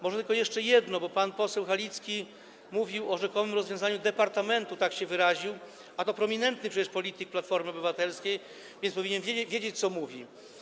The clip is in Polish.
Może tylko jeszcze jedno, bo pan poseł Halicki mówił o rzekomym rozwiązaniu departamentu - tak się wyraził - a to przecież prominentny polityk Platformy Obywatelskiej, więc powinien wiedzieć, co mówi.